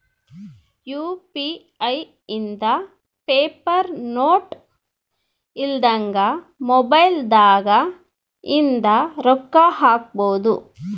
UPI ಇಂದ paper note ಇಲ್ದಂಗ mobile ದಾಗ ಇಂದ ರೊಕ್ಕ ಹಕ್ಬೊದು